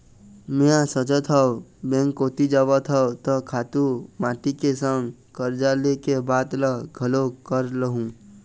मेंहा सोचत हव बेंक कोती जावत हव त खातू माटी के संग करजा ले के बात ल घलोक कर लुहूँ